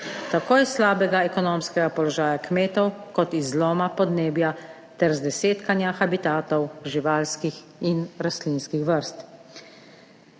tako iz slabega ekonomskega položaja kmetov kot iz zloma podnebja ter zdesetkanja habitatov živalskih in rastlinskih vrst.